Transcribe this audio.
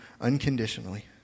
unconditionally